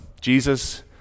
Jesus